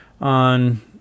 on